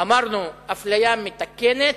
אפליה מתקנת.